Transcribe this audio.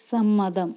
സമ്മതം